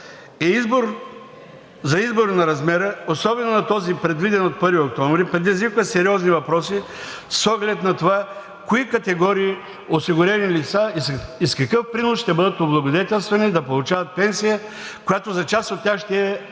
подход за избора на размера, особено на този предвиден от 1 октомври, предизвиква сериозни въпроси с оглед на това кои категории осигурени лица и с какъв принос ще бъдат облагодетелствани да получават пенсия, която за част от тях ще е